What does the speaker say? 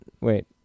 wait